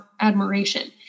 admiration